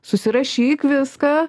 susirašyk viską